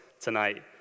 tonight